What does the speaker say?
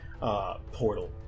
portal